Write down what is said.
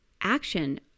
action